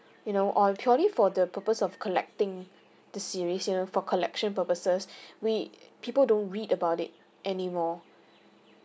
you know or purely for the purpose of collecting the series you know for collection purposes we people don't read about it anymore